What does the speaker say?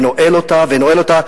ונועל אותה ונועל אותה.